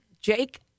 Jake